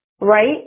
right